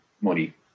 money